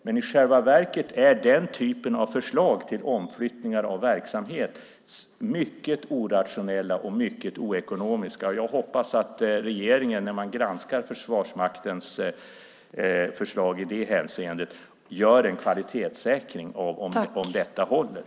Men i själva verket är den typen av förslag till omflyttningar av verksamhet mycket orationella och mycket oekonomiska, och jag hoppas att regeringen, när man granskar Försvarsmaktens förslag i det hänseendet, gör en kvalitetssäkring av om detta håller.